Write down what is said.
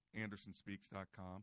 andersonspeaks.com